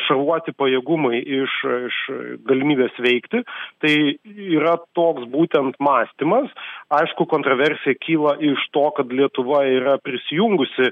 šarvuoti pajėgumai iš iš galimybės veikti tai yra toks būtent mąstymas aišku kontraversija kyla iš to kad lietuva yra prisijungusi